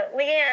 Leanne